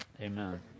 amen